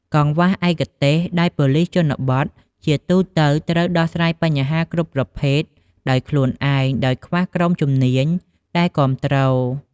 កង្វះឯកទេស ដោយប៉ូលិសជនបទជាទូទៅត្រូវដោះស្រាយបញ្ហាគ្រប់ប្រភេទដោយខ្លួនឯង ដោយខ្វះក្រុមជំនាញដែលគាំទ្រ។